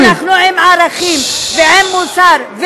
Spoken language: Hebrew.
ואנחנו עם ערכים ועם מוסר,